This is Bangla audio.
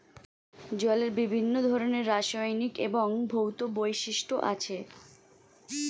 জলের বিভিন্ন ধরনের রাসায়নিক এবং ভৌত বৈশিষ্ট্য আছে